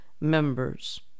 members